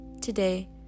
Today